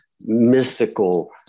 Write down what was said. mystical